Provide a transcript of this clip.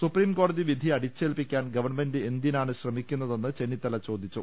സുപ്രീംകോടതി വിധി അടി ച്ചേൽപ്പിക്കാൻ ഗവൺമെന്റ് എന്തിനാണ് ശ്രമിക്കുന്നതെന്ന് ചെന്നി ത്തല ചോദിച്ചു